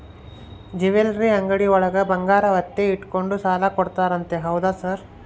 Jewellery ಅಂಗಡಿಯೊಳಗ ಬಂಗಾರ ಒತ್ತೆ ಇಟ್ಕೊಂಡು ಸಾಲ ಕೊಡ್ತಾರಂತೆ ಹೌದಾ ಸರ್?